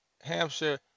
Hampshire